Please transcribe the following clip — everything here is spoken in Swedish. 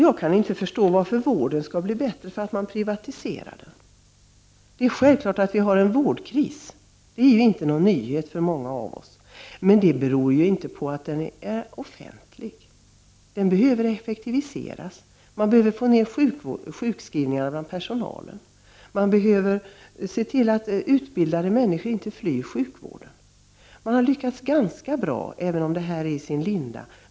Jag kan inte förstå hur vården blir bättre om den privatiseras. Att vi har en vårdkris är ingen nyhet för de flesta. Men det beror inte på att vården är offentlig. Den behöver effektiviseras, och det är nödvändigt att få ned antalet sjukskrivningar bland personalen. Man måste vidare se till att utbildade människor inte flyr sjukvården. Det senare har man lyckats ganska bra med, även om arbetet därmed ännu är i sin linda.